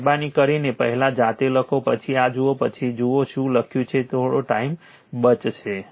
તો મહેરબાની કરીને પહેલા જાતે લખો પછી આ જુઓ પછી જુઓ શું લખ્યું છે તો થોડો ટાઇમ બચશે